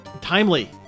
Timely